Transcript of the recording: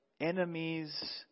enemies